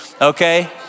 okay